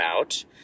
out